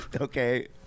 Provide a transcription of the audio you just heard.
okay